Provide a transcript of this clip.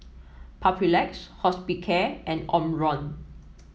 Papulex Hospicare and Omron